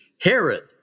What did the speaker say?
Herod